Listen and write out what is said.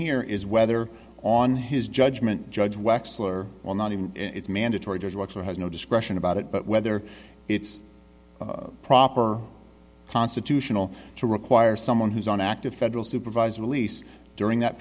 here is whether on his judgment judge wexler will not even if it's mandatory direction has no discretion about it but whether it's proper constitutional to require someone who's on active federal supervised release during that